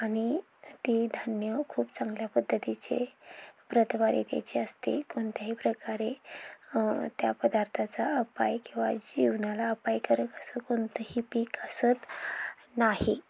आणि ती धान्य खूप चांगल्या पद्धतीचे प्रतभारित याची असते कोणत्याही प्रकारे त्या पदार्थाचा अपाय किंवा जीवनाला अपाय करेल असं कोणतंही पीक असत नाही